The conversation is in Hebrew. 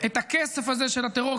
את הכסף הזה של הטרור,